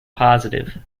positive